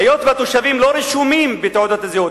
היות שהתושבים לא רשומים בתעודות הזהות,